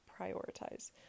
prioritize